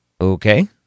okay